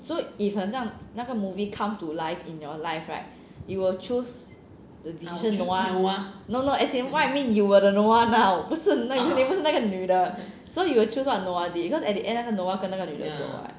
so if 很像那个 movie come to life in your life right you will choose the decision no no what I mean you were the noah now 不是那个女的 so you will choose what noah did cause in the end 那个 noah 跟那个女的走 what